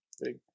big